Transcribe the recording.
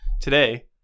today